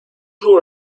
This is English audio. who